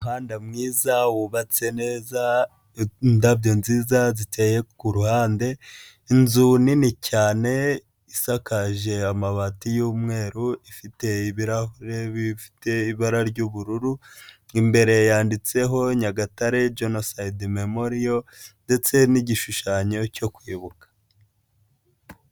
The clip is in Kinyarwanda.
Umuhanda mwiza wubatse neza, indabyo nziza ziteye ku ruhande, inzu nini cyane isakaje amabati y'umweru ifite ibirahure bifite ibara ry'ubururu, imbere yanditseho Nyagatare jenosayide memoriyo, ndetse n'igishushanyo cyo kwibuka.